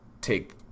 take